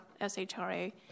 SHRA